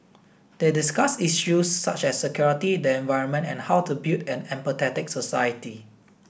they discussed issues such as security the environment and how to build an empathetic society